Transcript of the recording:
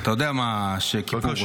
אתה יודע שכיפור עוד מעט.